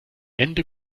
ende